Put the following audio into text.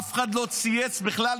אף אחד לא צייץ מילה,